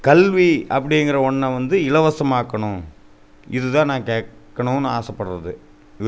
கல்வி அப்படிங்குற ஒன்றை வந்து இலவசமாக்கணும் இதுதான் நான் கேட்கணும்னு ஆசைபடுறது